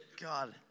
God